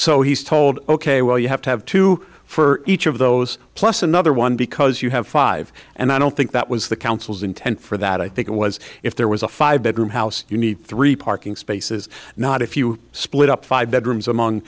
so he's told ok well you have to have two for each of those plus another one because you have five and i don't think that was the council's intent for that i think it was if there was a five bedroom house you need three parking spaces not if you split up five bedrooms among